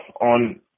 on